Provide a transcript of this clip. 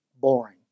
boring